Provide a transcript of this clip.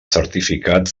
certificat